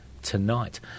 Tonight